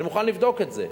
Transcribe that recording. אני מוכן לבדוק את זה.